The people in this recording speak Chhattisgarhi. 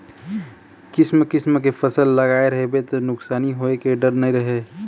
किसम किसम के फसल लगाए रहिबे त नुकसानी होए के डर नइ रहय